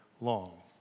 long